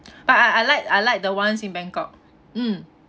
but I I like I like the ones in bangkok mm